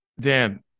Dan